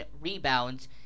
rebounds